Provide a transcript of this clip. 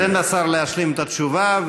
תן לשר להשלים את התשובה,